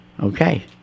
Okay